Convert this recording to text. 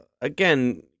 again